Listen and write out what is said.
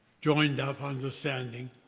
joined up understanding,